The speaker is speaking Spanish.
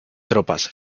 tropas